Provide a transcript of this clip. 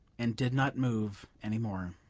and did not move any more.